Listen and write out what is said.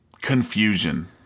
confusion